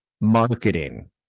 Marketing